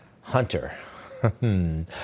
Hunter